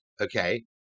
Okay